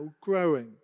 growing